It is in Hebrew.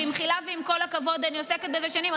במחילה ועם כל הכבוד, אני עוסקת בזה שנים.